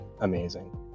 amazing